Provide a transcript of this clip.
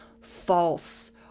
false